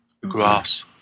Grass